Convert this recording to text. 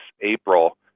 April